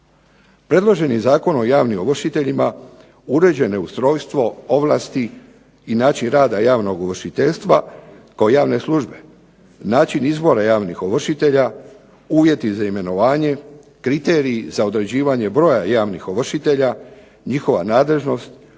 Predloženi Zakon o javnim ovršiteljima uređeno je ustrojstvo ovlasti i način rada javnog ovršiteljstva kao javne službe, način izbora javnih ovršitelja, uvjeti za imenovanje, kriteriji za određivanje broja javnih ovršitelja, njihova nadležnost,